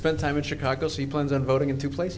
spent time in chicago so he plans on voting into place